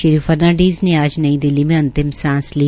श्री फर्नीडीज़ ने आज नई दिल्ली में अंतिम सांस ली